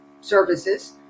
services